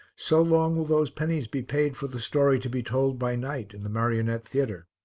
so long will those pennies be paid for the story to be told by night in the marionette theatre.